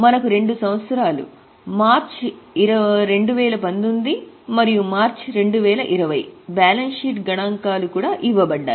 మనకు 2 సంవత్సరాల మార్చి 2019 మరియు మార్చి 2020 బ్యాలెన్స్ షీట్ గణాంకాలు కూడా ఇవ్వబడ్డాయి